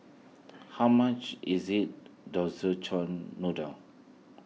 how much is it Szechuan Noodle